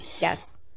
yes